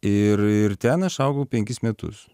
ir ir ten aš augau penkis metus